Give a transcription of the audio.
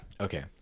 Okay